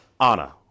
Anna